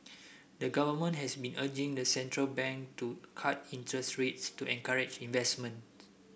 the government has been urging the central bank to cut interest rates to encourage investment